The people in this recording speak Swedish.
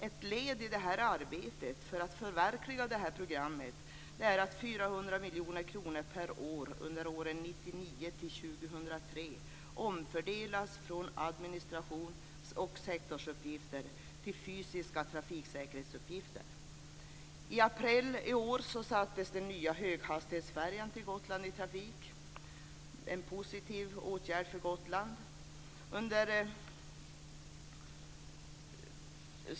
Ett led i arbetet för att förverkliga det här programmet är att Gotland i trafik. Det är en positiv åtgärd för Gotland.